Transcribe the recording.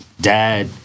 dad